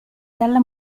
dalla